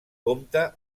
compta